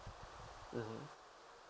mmhmm